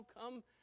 come